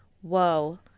Whoa